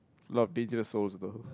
a lot of pages though